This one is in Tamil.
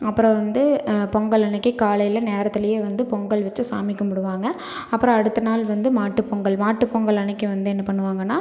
அப்புறம் வந்து பொங்கல் அன்றைக்கி காலையில் நேரத்துலேயே வந்து பொங்கல் வச்சு சாமி கும்பிடுவாங்க அப்புறம் அடுத்த நாள் வந்து மாட்டுப் பொங்கல் மாட்டுப் பொங்கல் அன்றைக்கி வந்து என்ன பண்ணுவாங்கன்னா